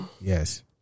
Yes